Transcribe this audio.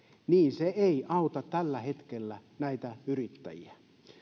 niin se ei auta tällä hetkellä näitä yrittäjiä